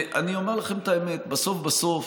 אני אומר לכם את האמת: בסוף בסוף,